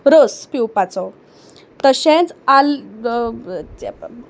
रस पिवपाचो तशेंच आल